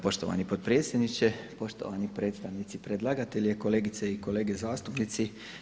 Poštovani potpredsjedniče, poštovani predstavnici predlagatelja, kolegice i kolege zastupnici.